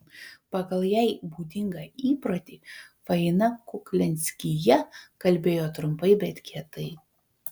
pagal jai būdingą įprotį faina kuklianskyje kalbėjo trumpai bet kietai